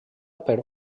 per